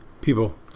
people